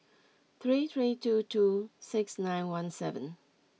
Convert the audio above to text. three three two two six nine one seven